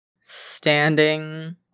Standing